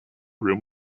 room